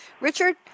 Richard